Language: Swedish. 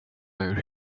hur